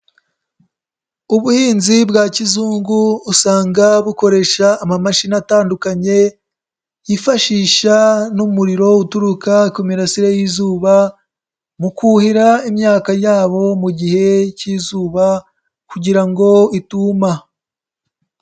Ubuhinzi bwa kizungu usanga bukoresha amamashini atandukanye, yifashisha n'umuriro uturuka ku mirasire y'izuba mu kuhira imyaka yabo mu gihe k'izuba kugira ngo ituma.